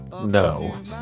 no